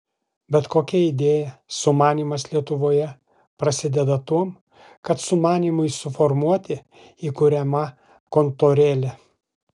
bet kokia idėja sumanymas lietuvoje prasideda tuom kad sumanymui suformuoti įkuriama kontorėlė